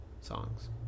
songs